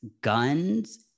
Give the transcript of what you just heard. guns